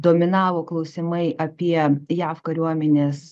dominavo klausimai apie jav kariuomenės